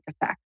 effect